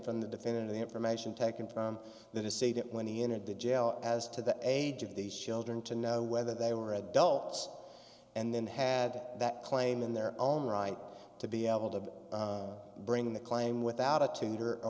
from the defendant the information taken from that is say that when he entered the jail as to the age of these children to know whether they were adults and then had that claim in their own right to be able to bring the claim without a tutor or